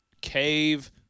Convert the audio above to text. cave